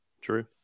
True